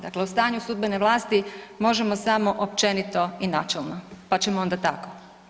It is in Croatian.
Dakle o stanju sudbene vlasti možemo samo općenito i načelno, pa ćemo onda tako.